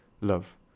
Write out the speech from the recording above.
love